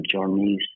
journeys